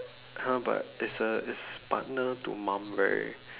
!huh! ya but it's a it's partner to mum very